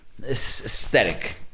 Aesthetic